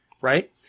Right